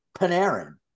Panarin